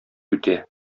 үтә